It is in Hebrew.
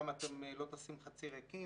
למה אתם לא טסים חצי ריקים,